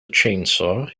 chainsaw